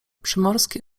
przymorski